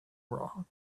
wrong